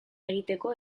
egiteko